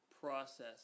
process